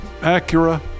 Acura